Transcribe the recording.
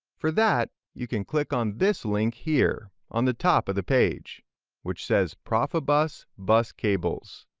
for that you can click on this link here on the top of the page which says profibus bus cables.